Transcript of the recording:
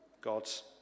God's